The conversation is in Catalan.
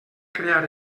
crear